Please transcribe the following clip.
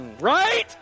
right